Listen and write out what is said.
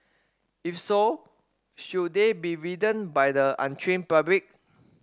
if so should they be ridden by the untrained public